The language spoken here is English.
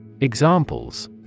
Examples